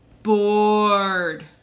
Bored